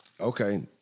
Okay